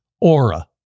Aura